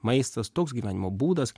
maistas toks gyvenimo būdas